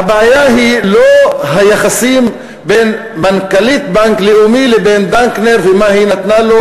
הבעיה היא לא היחסים בין מנכ"לית בנק לאומי לבין דנקנר ומה היא נתנה לו,